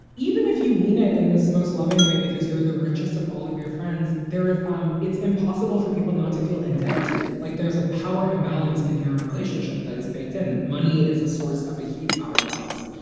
even if you mean it. in this most loving way, because you're the richest of all of your friends, there is um it's impossible for people not to feel indebted to you like there's a power imbalance in your relationship that is baked in. money is a source of a huge power imbalance.